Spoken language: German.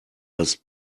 das